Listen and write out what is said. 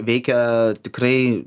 veikia tikrai